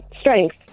strength